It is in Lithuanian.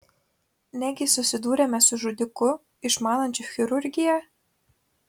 negi susidūrėme su žudiku išmanančiu chirurgiją